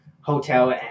hotel